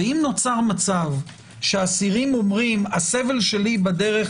ואם נוצר מצב שאסירים אומרים: הסבל שלי בדרך